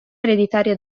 ereditaria